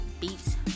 beats